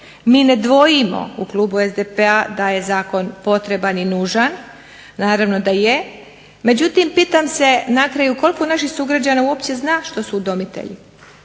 Mi ne dvojimo u klubu SDP-a da je zakon potreban i nužan, naravno da je. Međutim, pitam se na kraju koliko naših sugrađana uopće zna što su udomitelji.